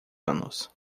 anos